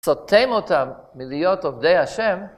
סותם אותם מלהיות עובדי ה'